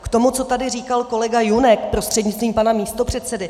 K tomu, co tady říkal kolega Junek, prostřednictvím pana místopředsedy.